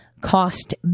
cost